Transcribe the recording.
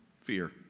fear